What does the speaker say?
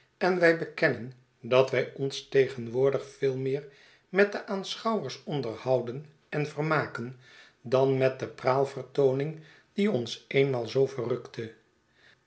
en wij bekennen dat wij ons tegenwoordig veel meer met de aanschouwers onderhouden en vermaken dan met de praalvertooning die ons eenmaal zoo verrukte